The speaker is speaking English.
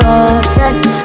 obsessed